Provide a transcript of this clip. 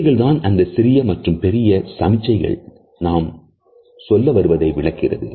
இவைகள் தான் அந்த சிறிய மற்றும் பெரிய சமிக்ஞைகள் நாம் சொல்ல வருவதை விளக்குகிறது